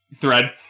thread